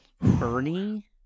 Bernie